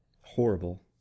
horrible